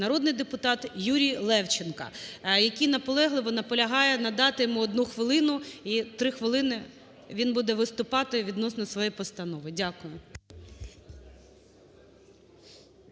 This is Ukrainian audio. народний депутат Юрій Левченко, який наполегливо наполягає надати йому 1 хвилину, і 3 хвилин він буде виступати відносно своєї постанови. Дякую.